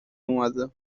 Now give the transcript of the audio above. اومده